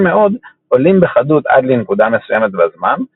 מאוד עולים בחדות עד לנקודה מסוימת בזמן,